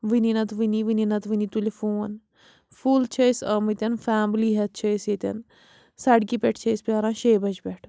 وٕنی نَتہٕ وٕنی وٕنی نَتہٕ وٕنی تُلہِ فون فُل چھِ أسۍ آمٕتۍ فیملی ہٮ۪تھ چھِ أسۍ ییٚتٮ۪ن سڑکہِ پٮ۪ٹھ چھِ أسۍ پیٛاران شے بَجہِ پٮ۪ٹھٕ